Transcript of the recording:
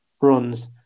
runs